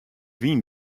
wyn